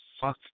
fuck